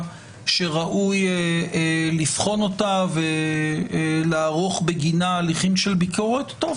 שראוי לבחון אותה ולערוך בגינה הליכים של ביקורת טוב